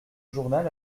journal